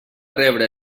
rebre